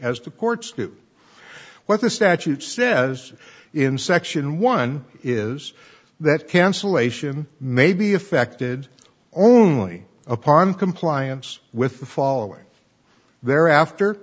as the courts do what the statute says in section one is that cancellation may be affected only upon compliance with the following thereafter